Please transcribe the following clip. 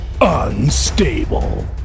unstable